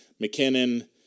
McKinnon